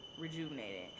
rejuvenated